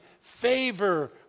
favor